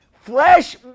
Flesh